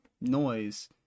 noise